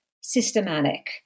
systematic